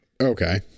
Okay